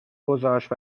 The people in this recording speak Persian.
گذاشت